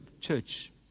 church